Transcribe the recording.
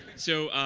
so,